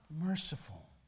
Merciful